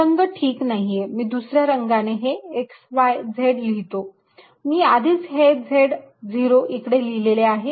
हा रंग ठीक नाहीये मी दुसऱ्या रंगाने हे x y z लिहितो मी आधीच हे z0 तिकडे लिहिलेले आहे